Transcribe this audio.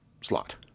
slot